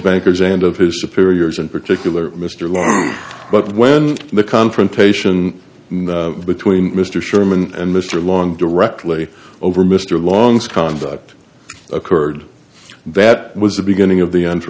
bankers and of his superiors in particular mr law but when the confrontation between mr sherman and mr long directly over mr long's conduct occurred that was the beginning of the end for